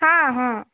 हां हां